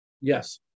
Yes